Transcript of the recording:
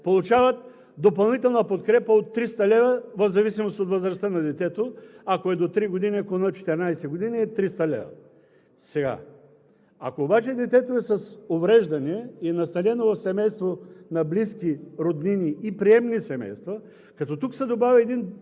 получават допълнителна подкрепа от 300 лв. в зависимост от възрастта на детето. Ако е до три години и ако е над 14 години – 300 лв. Ако обаче детето е с увреждания и е настанено в семейство на близки роднини и приемни семейства, като тук се добавя един